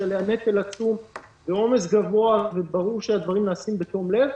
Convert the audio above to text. עליה נטל עצום ועומס גבוה וברור שהדברים נעשים בתום לב,